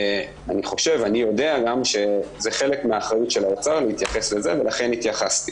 אני יודע שזה חלק מהאחריות של האוצר להתייחס לזה ולכן התייחסתי.